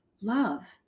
love